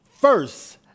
first